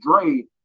Dre